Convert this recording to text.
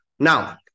Now